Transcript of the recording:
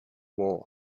war